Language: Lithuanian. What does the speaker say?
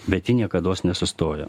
bet ji niekados nesustoja